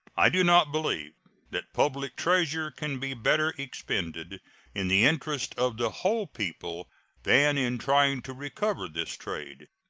i do not believe that public treasure can be better expended in the interest of the whole people than in trying to recover this trade.